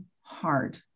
hard